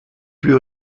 plus